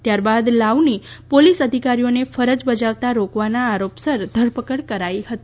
ત્યારબાદ લાઉની પોલીસ અધિકારીઓને ફરજ બજાવતા રોકવાના આરોપસર ધરપકડ કરાઈ હતી